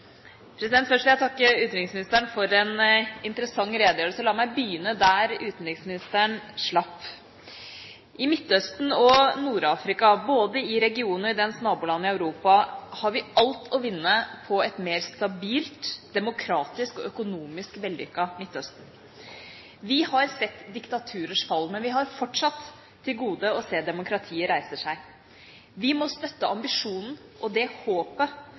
president. Først vil jeg takke utenriksministeren for en interessant redegjørelse, og la meg begynne der utenriksministeren slapp. I Midtøsten og Nord-Afrika, både i regionen og dens naboland i Europa, har vi alt å vinne på et mer stabilt, demokratisk og økonomisk vellykket Midtøsten. Vi har sett diktaturers fall, men vi har fortsatt til gode å se demokratier reise seg. Vi må støtte ambisjonen og det